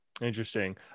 interesting